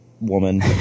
woman